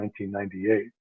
1998